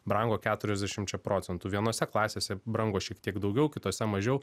brango keturiasdešimčia procentų vienose klasėse brango šiek tiek daugiau kitose mažiau